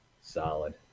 solid